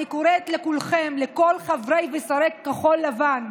אני קוראת לכולכם, לכל חברי ושרי כחול לבן: